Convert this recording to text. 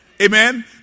Amen